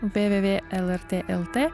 vvv lrt lt